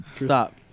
Stop